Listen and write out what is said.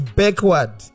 backward